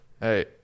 Hey